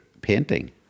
painting